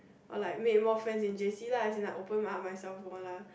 or like make more friends in j_c lah as in like open up myself more lah